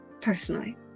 personally